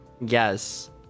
Yes